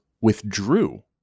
withdrew